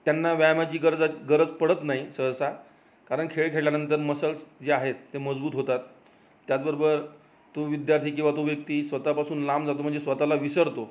त्यांना व्यायामाची गरजा गरज पडत नाही सहसा कारण खेळ खेळल्यानंतर मसल्स जे आहेत ते मजबूत होतात त्याचबरोबर तो विद्यार्थी किंवा तो व्यक्ती स्वतःपासून लांब जातो म्हणजे स्वतःला विसरतो